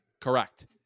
Correct